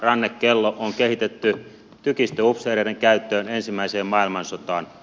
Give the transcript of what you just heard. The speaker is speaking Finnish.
rannekello on kehitetty tykistöupseereiden käyttöön ensimmäiseen maailmansotaan